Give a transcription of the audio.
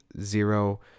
zero